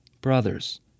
Brothers